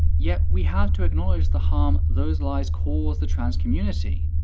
yet we have to acknowledge the harm those lies cause the trans community,